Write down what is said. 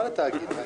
מה עם ההצבעות?